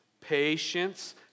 patience